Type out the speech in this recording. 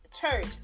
church